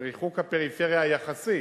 עם ריחוק הפריפריה היחסי